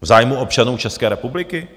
V zájmu občanů České republiky?